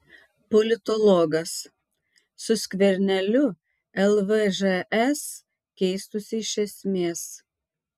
politologas su skverneliu lvžs keistųsi iš esmės